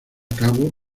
cabo